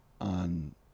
on